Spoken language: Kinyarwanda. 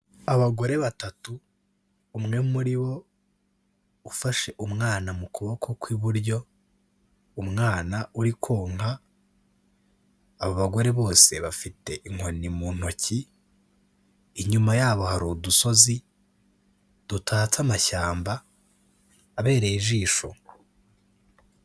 Abagore batatu umwe muri bo ufashe umwana mu kuboko kw'iburyo, umwana uri konka, abo bagore bose bafite inkoni mu ntoki, inyuma yabo hari udusozi dutatse amashyamba abereye ijisho.